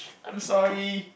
I'm sorry